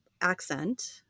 accent